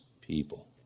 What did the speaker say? people